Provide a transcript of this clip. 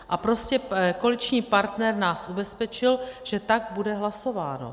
A prostě koaliční partner nás ubezpečil, že tak bude hlasováno.